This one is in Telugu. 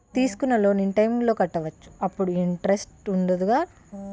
తీసుకున్న లోన్ ఇన్ టైం లో కట్టవచ్చ? అప్పుడు ఇంటరెస్ట్ వుందదు కదా?